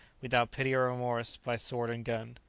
without pity or remorse, by sword and gun.